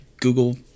Google